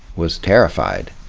was terrified